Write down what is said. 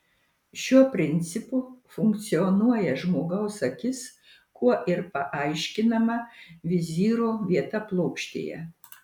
šiuo principu funkcionuoja žmogaus akis kuo ir paaiškinama vizyro vieta plokštėje